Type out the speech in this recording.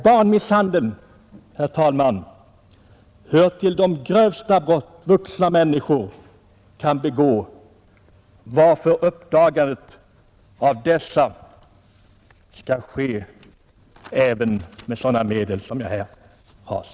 Barnmisshandel, herr talman, hör till de grövsta brott vuxna människor kan begå, varför det är ytterst angeläget att beivra dylika brott.